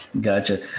Gotcha